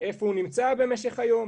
איפה הוא נמצא במשך היום,